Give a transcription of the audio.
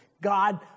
God